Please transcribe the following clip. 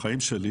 בחיים שלי,